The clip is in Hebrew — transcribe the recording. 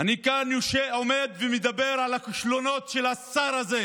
אני כאן עומד ומדבר על הכישלונות של השר הזה,